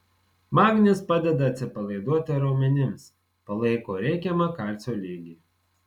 magnis padeda atsipalaiduoti raumenims palaiko reikiamą kalcio lygį